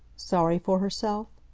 sorry for herself?